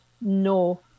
no